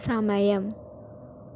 സമയം